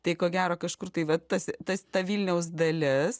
tai ko gero kažkur tai va tas tas ta vilniaus dalis